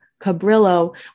Cabrillo